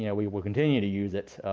yeah we will continue to use it